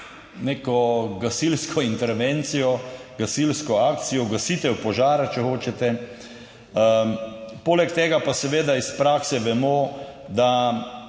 neko gasilsko intervencijo, gasilsko akcijo, gasitev požara, če hočete, poleg tega pa seveda iz prakse vemo, da